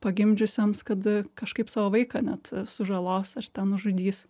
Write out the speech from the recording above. pagimdžiusioms kad kažkaip savo vaiką net sužalos ar ten nužudys